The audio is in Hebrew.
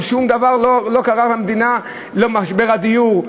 שום דבר לא קרה למדינה במשבר הדיור.